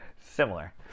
similar